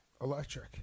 electric